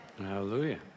Hallelujah